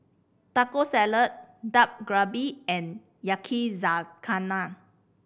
Taco Salad Dak Galbi and Yakizakana